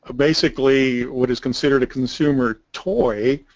ah basically what is considered a consumer toy